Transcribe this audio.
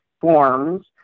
forms